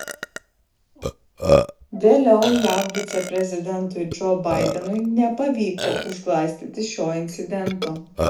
vėliau jav viceprezidentui džo baidenui nepavyko užglaistyti šio incidento